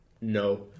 No